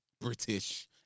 British